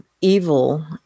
Evil